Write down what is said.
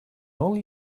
only